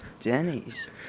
Denny's